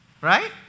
right